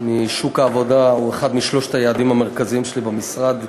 משוק העבודה הוא אחד משלושת היעדים המרכזיים שלי במשרד.